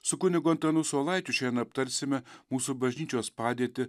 su kunigu antanu saulaičiu šiandien aptarsime mūsų bažnyčios padėtį